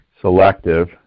selective